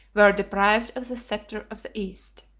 were deprived of the sceptre of the east.